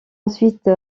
ensuite